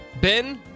Ben